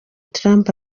trump